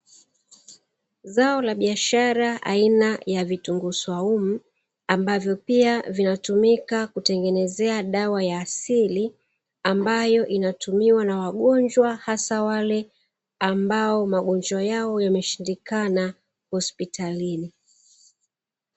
Zao la biashara aina ya vitunguu swaumu, ambavyo pia vinatumika kutengenezea dawa ya asili, ambayo inatumiwa na wagonjwa haswa wale ambao magonjwa yao yameshindikana hospitalini.